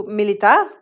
militar